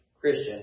Christian